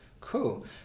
cool